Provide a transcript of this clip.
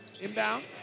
Inbound